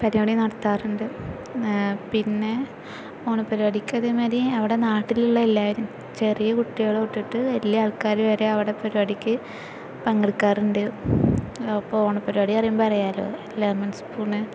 പരിപാടി നടത്താറുണ്ട് പിന്നെ ഓണപരിപാടിക്ക് അതേമാതിരി അവിടെ നാട്ടിലുള്ള എല്ലാവരും ചെറിയ കുട്ടികള് തൊട്ടിട്ട് വലിയ ആള്ക്കാർ വരെ അവിടെ പരിപാടിക്ക് പങ്കെടുക്കാറുണ്ട് അപ്പോൾ ഓണപ്പരിപാടി എന്ന് പറയുമ്പോള് അറിയാമല്ലോ ലെമണ് സ്പൂണ്